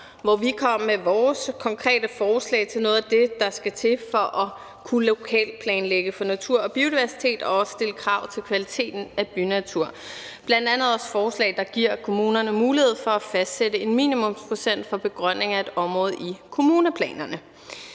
hvor vi er kommet med vores konkrete forslag til noget af det, der skal til for at kunne lokalplanlægge for natur og biodiversitet og også stille krav til kvaliteten af bynaturen, bl.a. også forslag, der giver kommunerne mulighed for at fastsætte en minimumsprocent for begrønningen af et område i kommuneplanerne.